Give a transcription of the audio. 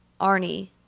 Arnie